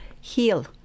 heal